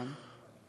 נכון.